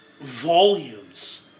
volumes